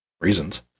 reasons